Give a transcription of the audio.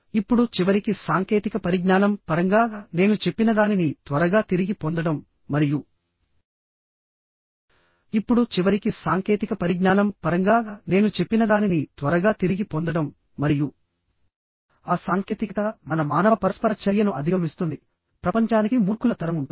ఇప్పుడు చివరికి సాంకేతిక పరిజ్ఞానం పరంగా నేను చెప్పినదానిని త్వరగా తిరిగి పొందడం మరియు ఇప్పుడు చివరికి సాంకేతిక పరిజ్ఞానం పరంగా నేను చెప్పినదానిని త్వరగా తిరిగి పొందడం మరియు ఆ సాంకేతికత మన మానవ పరస్పర చర్యను అధిగమిస్తుంది ప్రపంచానికి మూర్ఖుల తరం ఉంటుంది